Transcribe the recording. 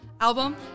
album